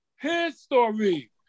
history